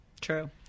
True